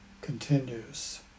continues